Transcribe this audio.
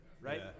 right